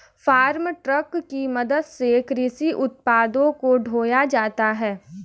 farm truck की मदद से कृषि उत्पादों को ढोया जाता है